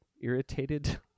Irritated